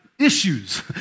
issues